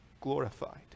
glorified